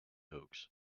oaks